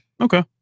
Okay